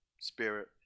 spirit